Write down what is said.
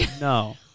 No